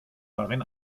darin